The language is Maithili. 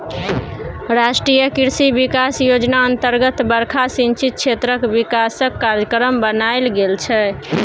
राष्ट्रीय कृषि बिकास योजना अतर्गत बरखा सिंचित क्षेत्रक बिकासक कार्यक्रम बनाएल गेल छै